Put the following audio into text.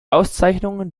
auszeichnungen